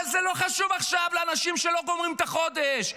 אבל זה לא חשוב עכשיו לאנשים שלא גומרים את החודש,